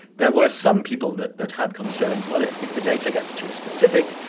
there were some people that that had concerns well if if the data gets too specific,